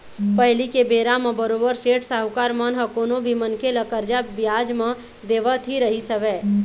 पहिली के बेरा म बरोबर सेठ साहूकार मन ह कोनो भी मनखे ल करजा बियाज म देवत ही रहिस हवय